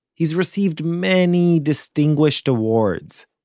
he's received many distinguished awards,